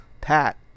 Pat